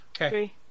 Okay